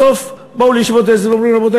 בסוף באו לישיבות ההסדר ואמרו: רבותי,